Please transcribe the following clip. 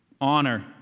Honor